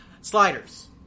sliders